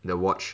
the watch